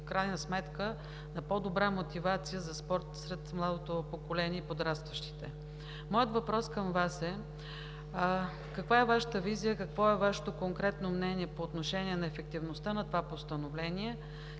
в крайна сметка на по-добра мотивация за спорт сред младото поколение и подрастващите. Моите въпроси към Вас са: каква е Вашата визия, какво е Вашето конкретно мнение по отношение на ефективността на това постановление?